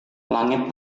langit